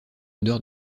odeur